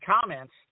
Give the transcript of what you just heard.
comments